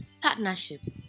Partnerships